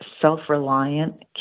self-reliant